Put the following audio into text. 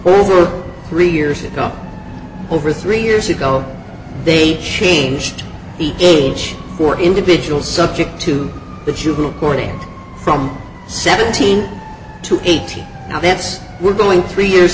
over three years ago over three years ago they changed the age for individual subject to the juvenile morning from seventeen to eighteen now that's we're going three years